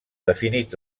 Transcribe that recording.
definit